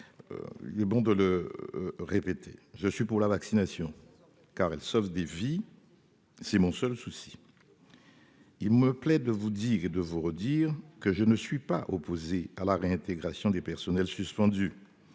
les bon de le répéter, je suis pour la vaccination car elle sauve des vies, c'est mon seul souci, il me plaît de vous dire et de vous redire que je ne suis pas opposé à la réintégration des personnels suspendu